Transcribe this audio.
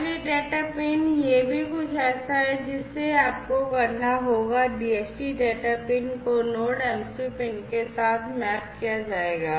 और यह data pin यह भी कुछ ऐसा है जिसे आपको करना होगा DHT डेटा पिन को नोड MCU पिन के साथ मैप किया जाएगा